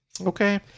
okay